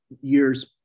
years